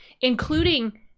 including